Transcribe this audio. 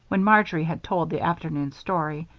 when marjory had told the afternoon's story.